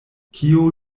kio